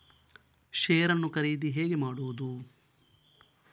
Share ನ್ನು ಖರೀದಿ ಹೇಗೆ ಮಾಡುವುದು?